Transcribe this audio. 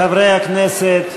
חברי הכנסת,